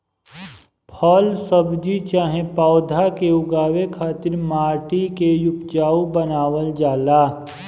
फल सब्जी चाहे पौधा के उगावे खातिर माटी के उपजाऊ बनावल जाला